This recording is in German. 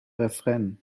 refrain